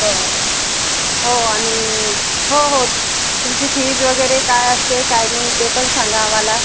बरं हो आणि हो हो तुमची फिज वगैरे काय असते काय नाही ते पण सांगा आम्हाला